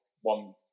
one